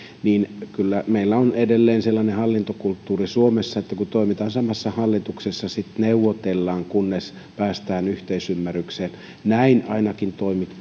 halua kyllä meillä on edelleen sellainen hallintokulttuuri suomessa että kun toimitaan samassa hallituksessa sitten neuvotellaan kunnes päästään yhteisymmärrykseen näin toimittiin ainakin